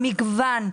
המגוון.